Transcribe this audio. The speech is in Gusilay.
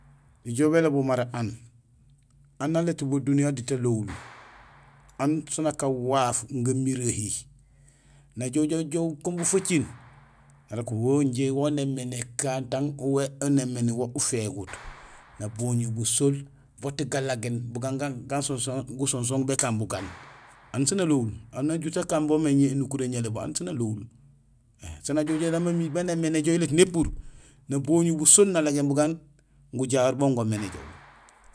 Nijool bélobul mara aan; aan aléét bo duniyee han diit alowul; aan sén akaan waaf gamurehi; najoow joow kun bufacil, narok wee injé waan néémé nakaan tang uwé wan néémé nuwo uféguut; naboñul busool boot galagéén bugaan ga sonson békaan bugaan. Aan sén nalowul, aan ajuut akan bomé énukuréén ñalééb. Aan sén alowul, sén ajoow ja ami baan néémé néjoow iléét népuur naboñul busool nalagéén bugaan gujahoor ban goomé néjoow.